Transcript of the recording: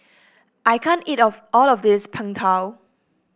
I can't eat of all of this Png Tao